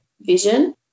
vision